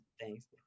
thanks